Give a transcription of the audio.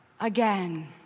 again